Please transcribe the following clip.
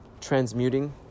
transmuting